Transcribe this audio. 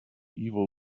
evil